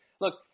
Look